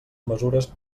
mesures